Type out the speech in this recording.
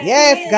Yes